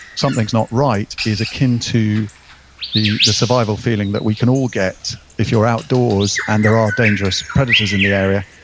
something's not right is akin to the the survival feeling that we can all get if you're outdoors and there are dangerous predators in the area.